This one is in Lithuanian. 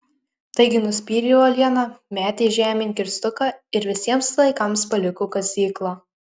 taigi nuspyrė uolieną metė žemėn kirstuką ir visiems laikams paliko kasyklą